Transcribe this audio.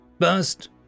First